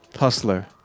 Hustler